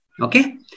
Okay